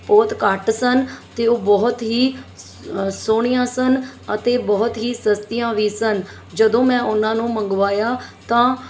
ਬਹੁਤ ਘੱਟ ਸਨ ਅਤੇ ਉਹ ਬਹੁਤ ਹੀ ਸ ਸੋਹਣੀਆਂ ਸਨ ਅਤੇ ਬਹੁਤ ਹੀ ਸਸਤੀਆਂ ਵੀ ਸਨ ਜਦੋਂ ਮੈਂ ਉਹਨਾਂ ਨੂੰ ਮੰਗਵਾਇਆ ਤਾਂ